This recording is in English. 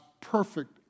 perfect